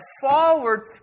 forward